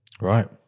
Right